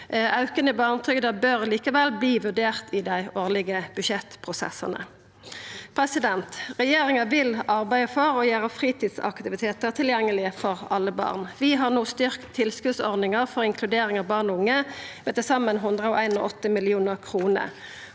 Auken i barnetrygda bør likevel verta vurdert i dei årlege budsjettprosessane. Regjeringa vil arbeida for å gjera fritidsaktivitetar tilgjengelege for alle barn. Vi har no styrkt tilskotsordninga for inkludering av barn og unge med til saman 181 mill. kr.